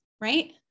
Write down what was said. right